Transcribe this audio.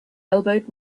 elbowed